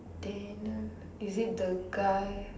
tanner is it the guy